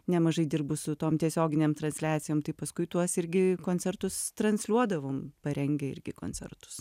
nemažai dirbus su tom tiesioginėm transliacijom tai paskui tuos irgi koncertus transliuodavom parengę irgi koncertus